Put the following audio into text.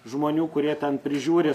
žmonių kurie ten prižiūri